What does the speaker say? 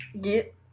get